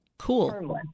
Cool